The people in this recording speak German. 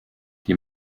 die